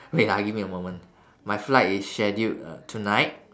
wait ah give me a moment my flight is scheduled uh tonight